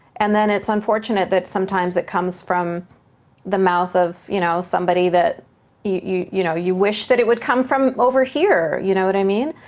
and then it's unfortunate that sometimes it comes from the mouth of you know somebody that you you know you wish it would come from over here, you know what i mean?